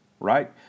Right